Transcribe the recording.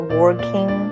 working